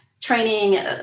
training